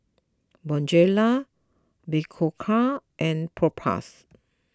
Bonjela Berocca and Propass